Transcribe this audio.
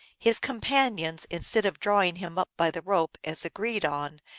his com panions, instead of drawing him up by the rope, as agreed on,